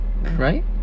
Right